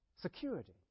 Security